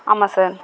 ஆமாம் சார்